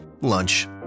lunch